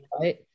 right